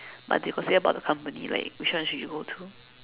but they got say about the company like which one you should go to